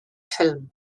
ffilm